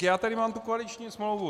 Já tady mám tu koaliční smlouvu.